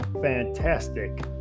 fantastic